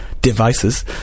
devices